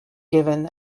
given